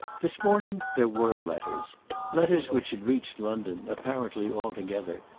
this morning there were letters letters which had reached london, apparently all together,